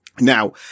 Now